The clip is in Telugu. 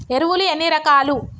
ఎరువులు ఎన్ని రకాలు?